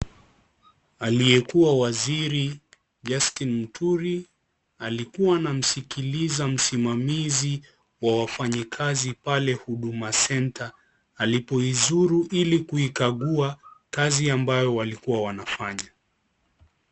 Aliyekua waziri, Justin Muturi, alikuwa anamsikiliza msimamizi wa wafanyikazi pale huduma senta alipoizuru ili kuikagua kazi ambayo walikua wanafanya.